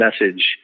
message